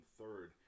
third